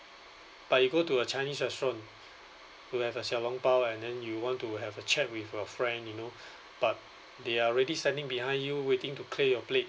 but you go to a chinese restaurant to have xiao long bao and then you want to have a chat with your friend you know but they are already standing behind you waiting to clear your plate